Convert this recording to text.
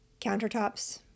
countertops